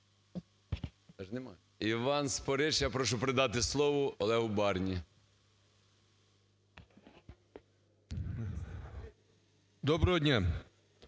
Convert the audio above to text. Доброго дня!